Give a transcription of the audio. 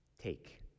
Take